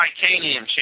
titanium